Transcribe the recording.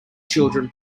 children